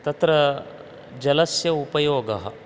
तत्र जलस्य उपयोगः